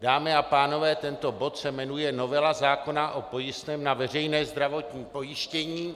Dámy a pánové, tento bod se jmenuje novela zákona o pojistném na veřejné zdravotní pojištění.